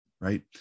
right